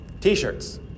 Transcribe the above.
t-shirts